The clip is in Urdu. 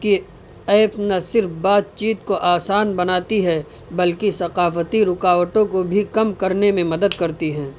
کہ ایپ نہ صرف بات چیت کو آسان بناتی ہے بلکہ ثقافتی رکاوٹوں کو بھی کم کرنے میں مدد کرتی ہیں